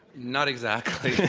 not exactly.